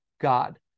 God